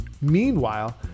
Meanwhile